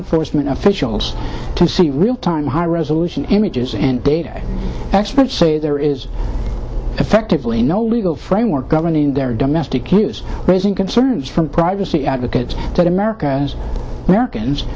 enforcement officials can see real time high resolution images and data experts say there is effectively no legal framework governing their domestic use raising concerns from privacy advocates that america as americans